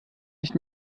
nicht